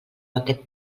aquest